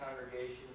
congregation